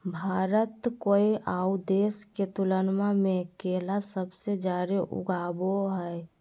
भारत कोय आउ देश के तुलनबा में केला सबसे जाड़े उगाबो हइ